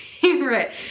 favorite